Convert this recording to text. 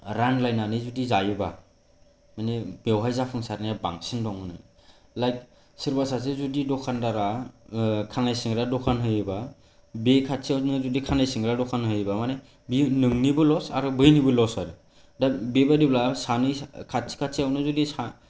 रानलायनानै जुदि जायोबा माने बेवहाय जाफुंसारनाया बांसिन दं होनो लाइक सोरबा सासे जुदि दखानदारआ खानाय सिनग्रा दखान होयोबा बे खाथिआवनो जुदि खानाय सिनग्रा दखान होयोबा माने बेयो नोंनिबो लस आरो बैनिबो लस आरो दा बेबायदिबा सानै साथाम खाथि खाथिआवनो जुदि सानै